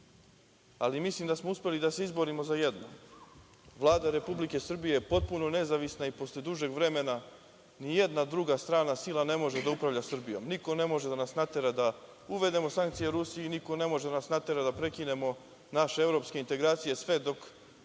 ali mislim da smo uspeli da se izborimo za jedno. Vlada Republike Srbije je potpuno nezavisna i posle dužeg vremena ni jedna druga strana sila ne može da upravlja Srbijom, niko ne može da nas natera da uvedemo sankcije Rusiji, niko ne može da nas natera da prekinemo naše evropske integracije sve dok